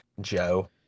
joe